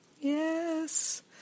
Yes